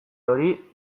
hori